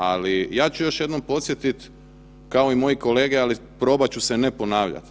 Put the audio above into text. Ali ja ću još jednom podsjetiti kao i moji kolege, ali probat ću se ne ponavljat.